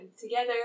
together